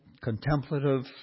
contemplative